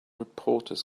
reporters